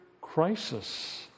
crisis